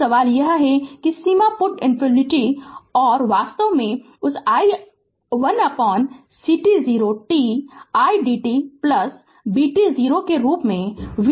तो सवाल यह है कि यह सीमा पुट इन्फिनिटी है और वास्तव में उस 1ct0 t idtbt0 के रूप में v t0 लिख रही है